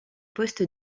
poste